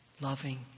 loving